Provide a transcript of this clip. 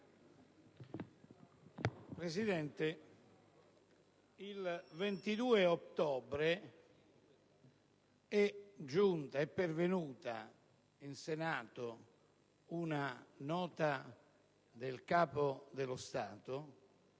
Presidente, il 22 ottobre è pervenuta al Senato una nota del Capo dello Stato